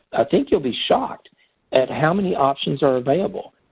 i think you'll be shocked at how many options are available.